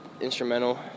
instrumental